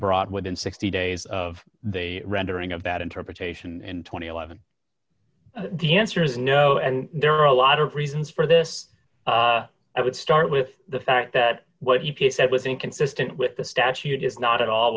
brought within sixty days of the rendering of that interpretation in two thousand and eleven the answer is no and there are a lot of reasons for this i would start with the fact that what he said was inconsistent with the statute is not at all